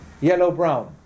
yellow-brown